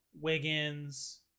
wiggins